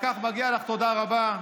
על כך מגיע לה תודה רבה.